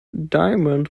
diamond